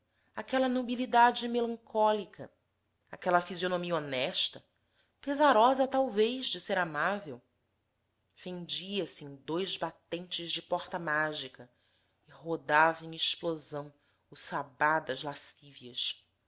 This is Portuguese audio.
aquela nubilidade melancólica aquela fisionomia honesta pesarosa talvez de ser amável fendia se em dois batentes de porta mágica e rodava em explosão o sabbat das lascívias